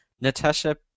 Natasha